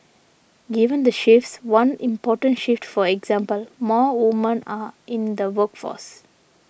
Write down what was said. given the shifts one important shift for example more women are in the workforce